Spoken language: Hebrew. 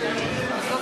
רואה את זה לנגד עיני.